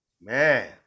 Man